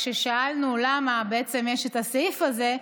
כששאלנו למה בעצם יש את הסעיף הזה,